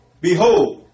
Behold